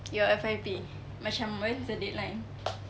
your F_Y_P macam when's the deadline